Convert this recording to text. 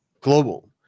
global